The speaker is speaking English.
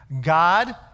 God